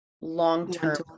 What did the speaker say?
long-term